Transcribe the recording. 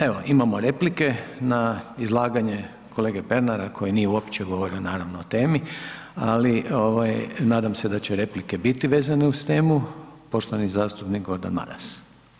Evo, imamo replike na izlaganje kolege Pernara koji nije uopće govorio naravno o temi ali nadam se da će replike biti vezane uz temu, poštovani zastupnik Gordan Maras.